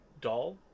doll